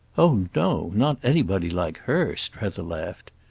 oh no not anybody like her! strether laughed.